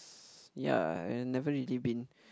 ya I never really been